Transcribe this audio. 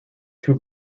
two